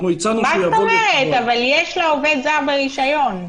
אבל יש לה עובד זר ברשיון.